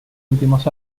últimos